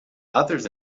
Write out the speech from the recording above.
others